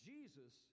Jesus